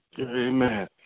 Amen